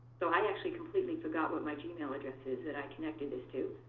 so i actually completely forgot what my gmail address is that i connected this to,